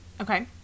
Okay